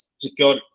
secure